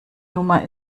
nummer